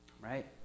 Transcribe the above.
Right